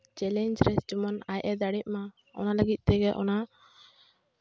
ᱚᱱᱟ ᱪᱮᱞᱮᱧᱡᱽ ᱨᱮ ᱡᱮᱢᱚᱱ ᱟᱡᱼᱮ ᱫᱟᱲᱮᱜ ᱢᱟ ᱚᱱᱟ ᱞᱟᱹᱜᱤᱫ ᱛᱮᱜᱮ ᱚᱱᱟ